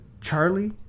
Charlie